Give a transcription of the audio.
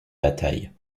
bataille